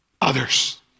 Others